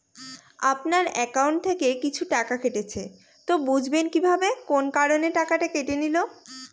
আপনার একাউন্ট থেকে কিছু টাকা কেটেছে তো বুঝবেন কিভাবে কোন কারণে টাকাটা কেটে নিল?